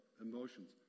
emotions